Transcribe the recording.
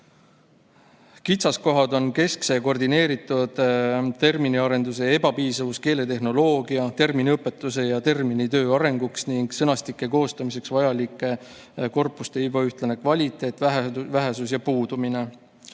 "Kitsaskohad on keskse ja koordineeritud terminiarenduse ebapiisavus, keeletehnoloogia, terminiõpetuse ja terminitöö arenguks ning sõnastike koostamiseks vajalike korpuste ebaühtlane kvaliteet, vähesus või puudumine.